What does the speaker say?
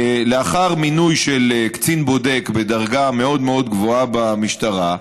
לאחר מינוי של קצין בודק בדרגה מאוד מאוד גבוהה במשטרה,